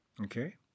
Okay